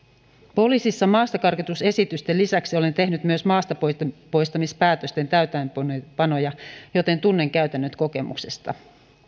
poliisissa maastakarkotusesitysten lisäksi olen tehnyt myös maastapoistamispäätösten täytäntöönpanoja joten tunnen käytännöt kokemuksesta